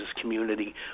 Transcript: community